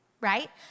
right